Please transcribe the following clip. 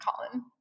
Colin